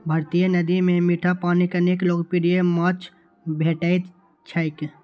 भारतीय नदी मे मीठा पानिक अनेक लोकप्रिय माछ भेटैत छैक